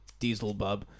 Dieselbub